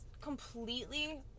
completely